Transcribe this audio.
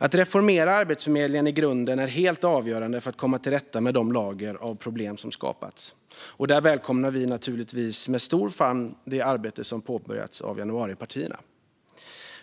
Att reformera Arbetsförmedlingen i grunden är helt avgörande för att komma till rätta med de lager av problem som skapats. Där välkomnar vi naturligtvis med stor famn det arbete som påbörjats av januaripartierna.